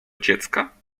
dziecka